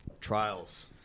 trials